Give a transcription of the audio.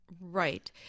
Right